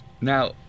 Now